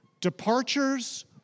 departures